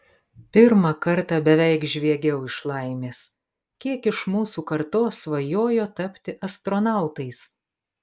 pirmą kartą beveik žviegiau iš laimės kiek iš mūsų kartos svajojo tapti astronautais